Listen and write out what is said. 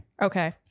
Okay